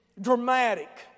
dramatic